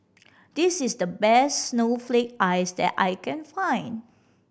this is the best snowflake ice that I can find